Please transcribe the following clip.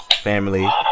family